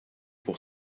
pour